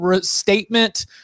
statement